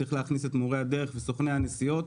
צריך להכניס את מורי הדרך וסוכני הנסיעות,